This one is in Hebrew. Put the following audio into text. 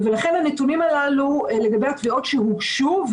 לכן הנתונים הללו לגבי התביעות שהוגשו,